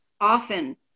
often